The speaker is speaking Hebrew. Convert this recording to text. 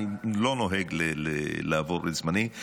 אני לא נוהג לעבור את זמני,